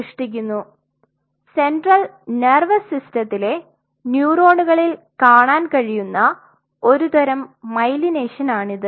ഇത് central nervous സിസ്റ്റത്തിലെ ന്യൂറോണുകളിൽ നിങ്ങൾക് കാണാൻ കഴിയുന്ന ഒരു തരം മൈലൈനേഷനാണിത്